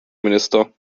minister